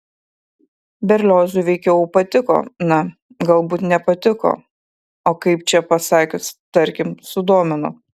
berliozui veikiau patiko na galbūt ne patiko o kaip čia pasakius tarkim sudomino